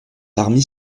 parmi